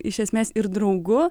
iš esmės ir draugu